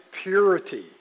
purity